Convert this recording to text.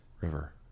River